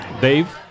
Dave